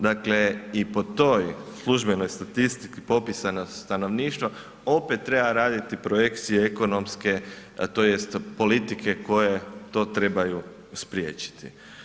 Dakle i po toj službenoj statistici popisa stanovništva opet treba raditi projekcije ekonomske tj. politike koje to trebaju spriječiti.